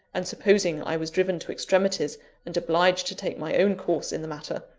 and supposing i was driven to extremities and obliged to take my own course in the matter.